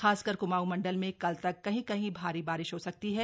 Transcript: खासकर क्माऊं मंडल में कल तक कहीं कहीं भारी बारिश हो सकती है